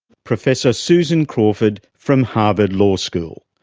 professor susan crawford from harvard law school.